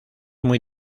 muy